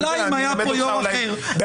אולי אם היה פה יו"ר אחר --- אני יודע,